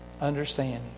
understanding